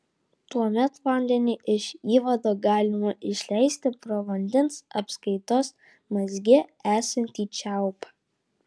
tuomet vandenį iš įvado galima išleisti pro vandens apskaitos mazge esantį čiaupą